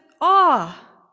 awe